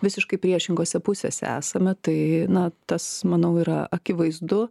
visiškai priešingose pusėse esame tai na tas manau yra akivaizdu